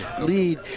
lead